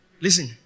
Listen